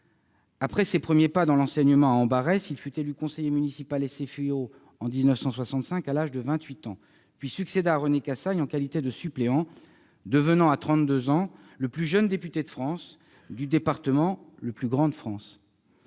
Après ses premiers pas dans l'enseignement à Ambarès, il fut élu conseiller municipal SFIO en 1965, à l'âge de 28 ans, puis succéda à René Cassagne en qualité de suppléant, devenant à 32 ans le plus jeune député de France, du département le plus grand de France